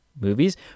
movies